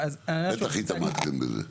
בטח התעמקתם בזה.